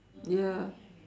ya